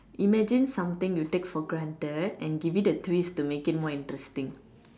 imagine something you take for granted and give it a twist to make it more interesting